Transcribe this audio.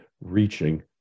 reaching